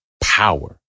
power